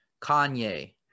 Kanye